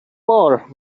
more